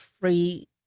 free